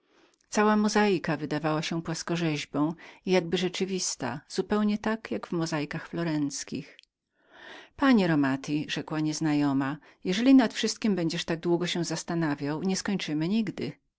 pereł wszystko wydawało się w płaskorzeźbie jakby rzeczywiste zupełnie tak jak w stołach florenckich panie romati przerwała nieznajoma jeżeli nad wszystkiem będziesz tak długo się zastanawiał nieskończymy nigdy